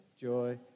joy